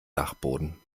dachboden